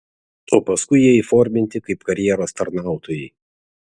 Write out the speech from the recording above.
o paskui jie įforminti kaip karjeros tarnautojai